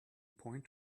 point